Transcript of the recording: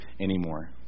anymore